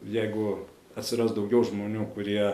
jeigu atsiras daugiau žmonių kurie